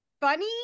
funny